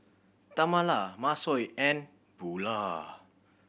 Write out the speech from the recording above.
Tamala Masao and Bulah